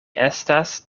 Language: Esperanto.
estas